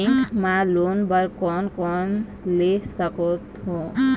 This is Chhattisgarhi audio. बैंक मा लोन बर कोन कोन ले सकथों?